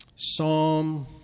Psalm